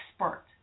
expert